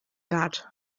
that